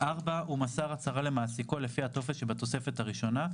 הוא מסר הצהרה למעסיקו לפי הטופס שבתוספת הראשונה,